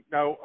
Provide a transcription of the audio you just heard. Now